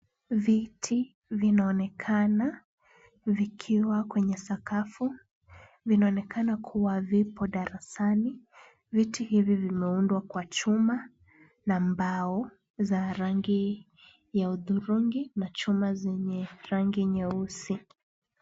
Viti vinaonekana vikiwa kwenye sakafu. Vinaonekana kuwa vipo darasani. Viti hivi vimeundwa kwa chuma na mbao za rangi ya hudhurungi na chuma zenye rangi nyeusi.